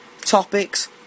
topics